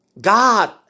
God